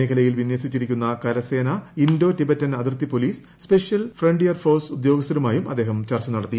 മേഖലയിൽ വിനൃസിച്ചിരിക്കുന്ന കരസേന ഇൻഡോ ടിബറ്റൻ അതിർത്തി പോലീസ് സ്പെഷ്യൽ ഫ്രോണ്ടിയർ ഫോഴ്സ് ഉദ്യോഗസ്ഥരുമായി അദ്ദേഹം ചർച്ച നടത്തി